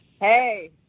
Hey